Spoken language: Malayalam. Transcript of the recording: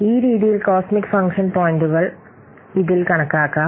ഈ രീതിയിൽ കോസ്മിക് ഫംഗ്ഷൻ പോയിന്റുകൾ ഇതിൽ കണക്കാക്കാം